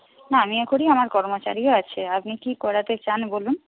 না আমিও করি আমার কর্মচারীও আছে আপনি কী করাতে চান বলুন